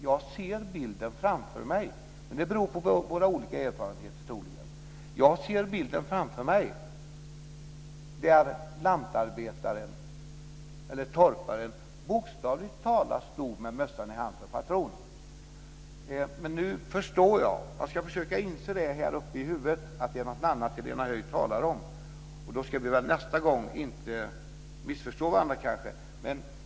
Jag ser bilden framför mig, och det beror troligen på att jag har en annan erfarenhet. Jag ser framför mig lantarbetaren eller torparen bokstavligt talat stå med mössan i handen framför patron. Jag ska dock försöka förstå att det är något annat som Helena Höij talar om, och då ska vi nästa gång kanske inte missförstå varandra.